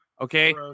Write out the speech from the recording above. okay